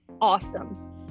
awesome